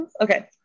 okay